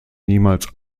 niemals